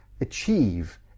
achieve